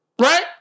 Right